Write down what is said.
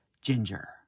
ginger